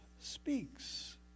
speaks